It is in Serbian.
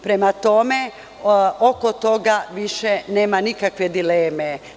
Prema tome, oko toga više nema nikakve dileme.